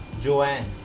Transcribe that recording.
Joanne